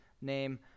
name